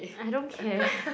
I don't care